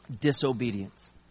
disobedience